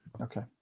Okay